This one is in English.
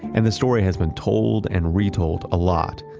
and the story has been told and retold a lot.